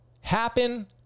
happen